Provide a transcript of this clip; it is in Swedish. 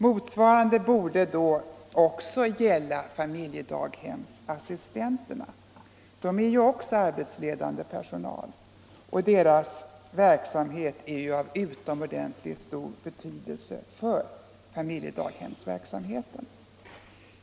Motsvarande borde då också gälla familjedaghemsassistenterna. De är ju också arbetsledande personal, och deras verksamhet är av utomordentligt stor betydelse för familjedaghemsverksamheten.